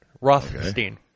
Rothstein